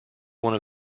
one